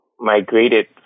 migrated